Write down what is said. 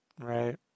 Right